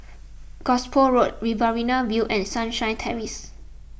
Gosport Road Riverina View and Sunshine Terrace